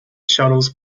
shuttles